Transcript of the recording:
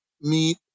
meet